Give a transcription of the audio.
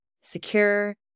secure